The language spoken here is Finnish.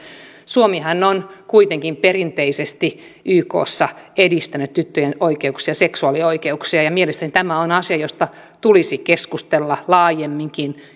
suomihan on kuitenkin perinteisesti ykssa edistänyt tyttöjen seksuaalioikeuksia ja mielestäni tämä on asia josta tulisi keskustella laajemminkin